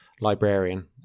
librarian